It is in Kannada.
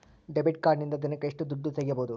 ಡೆಬಿಟ್ ಕಾರ್ಡಿನಿಂದ ದಿನಕ್ಕ ಎಷ್ಟು ದುಡ್ಡು ತಗಿಬಹುದು?